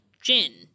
Jin